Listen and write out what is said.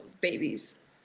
babies